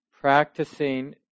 practicing